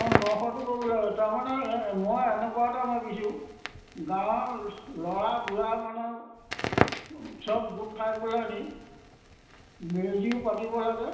অঁ ন খোৱাটো কৰিব লাগে তাৰমানে মই এনেকুৱা এটা ভাবিছোঁ গাঁৱৰ ল'ৰা বুঢ়া মানে চব গোট খাই পেলানি মেজিও পাতিব লাগে